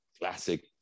Classic